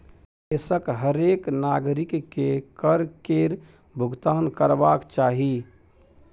देशक हरेक नागरिककेँ कर केर भूगतान करबाक चाही